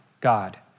God